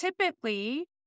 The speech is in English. typically